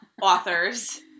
Authors